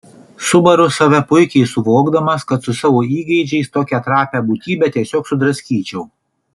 subaru save puikiai suvokdamas kad su savo įgeidžiais tokią trapią būtybę tiesiog sudraskyčiau